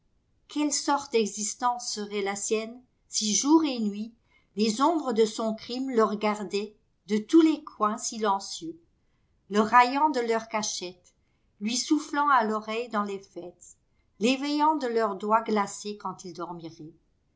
quelle sorte d'existence serait la sienne si jour et nuit les ombres de son crime le regardaient de tous les coins silencieux le raillant de leurs cachettes lui soufflant à l'oreille dans les fêtes l'éveillant de leurs doigts glacés quand il dormirait